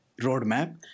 roadmap